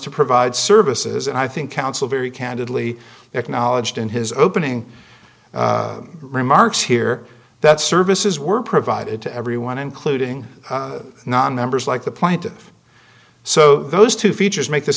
to provide services and i think council very candidly acknowledged in his opening remarks here that services were provided to everyone including non members like the plaintiff so those two features make this